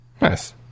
nice